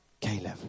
Caleb